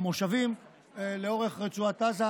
במושבים לאורך רצועת עזה,